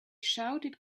shouted